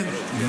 כן.